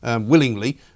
willingly